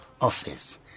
office